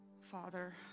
Father